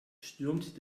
stürmt